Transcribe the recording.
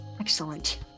Excellent